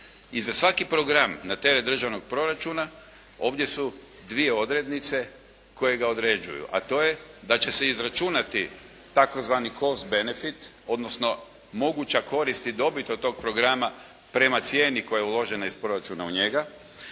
i za svaki program na teret državnog proračuna ovdje su dvije odrednice koje ga određuju a to je da će se izračunati tzv. cos benefit odnosno moguća korist i dobit od tog programa prema cijeni koja je uložena iz proračuna u njega.